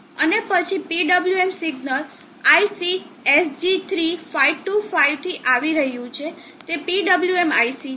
અને પછી PWM signal IC SG3 525 થી આવી રહ્યું છે તે PWM IC છે